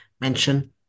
mention